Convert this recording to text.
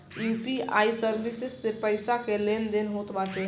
UPI service से पईसा के लेन देन होत बाटे